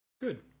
Good